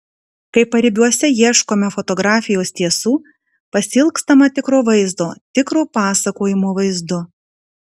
kai paribiuose ieškome fotografijos tiesų pasiilgstama tikro vaizdo tikro pasakojimo vaizdu